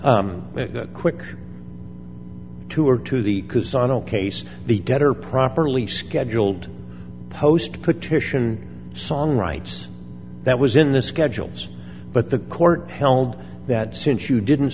time quick to or to the cusano case the debtor properly scheduled post petition song rights that was in the schedules but the court held that since you didn't